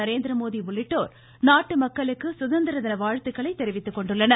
நரேந்திரமோடி உள்ளிட்டோர் நாட்டு மக்களுக்கு வாழ்த்துக்களை தெரிவித்துக்கொண்டுள்ளனர்